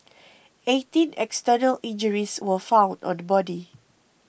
eighteen external injuries were found on the body